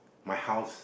my house